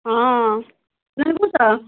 ହଁ କହୁଛ